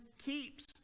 keeps